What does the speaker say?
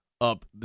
up